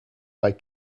bei